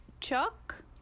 Chuck